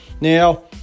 now